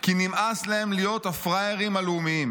כי נמאס להם להיות הפראיירים הלאומיים.